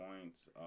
points